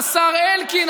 השר אלקין,